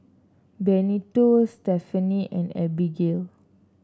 Benito Stephaine and Abigail